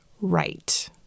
right